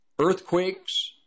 Earthquakes